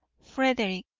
frederick,